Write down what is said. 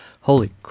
Holy